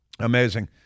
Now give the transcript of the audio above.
amazing